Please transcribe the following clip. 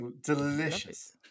Delicious